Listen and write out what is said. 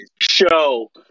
show